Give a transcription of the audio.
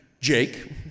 Jake